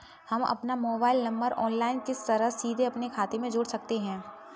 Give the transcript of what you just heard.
हम अपना mobile number online किस तरह सीधे अपने खाते में जोड़ सकते हैं?